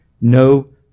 no